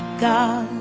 god